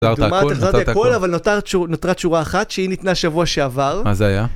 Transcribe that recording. אבל נותרת שורה אחת שהיא ניתנה השבוע שעבר.